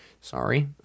Sorry